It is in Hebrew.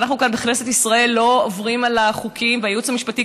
ואנחנו כאן בכנסת ישראל לא עוברים על החוקים והייעוץ המשפטי,